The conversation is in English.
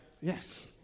Yes